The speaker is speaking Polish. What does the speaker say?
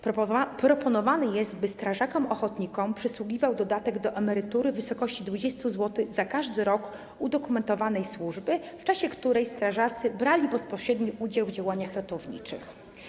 Proponowane jest, by strażakom ochotnikom przysługiwał dodatek do emerytury w wysokości 20 zł za każdy rok udokumentowanej służby, w czasie której strażacy brali bezpośredni udział w działaniach ratowniczych.